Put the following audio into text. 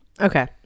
Okay